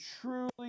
truly